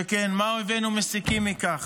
שכן מה אויבינו מסיקים מכך?